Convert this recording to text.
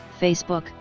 Facebook